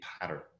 pattern